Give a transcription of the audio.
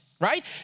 right